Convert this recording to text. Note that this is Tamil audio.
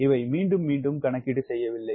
எனவே நான் மீண்டும் மீண்டும் கணக்கீடு செய்யவில்லை